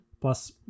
plus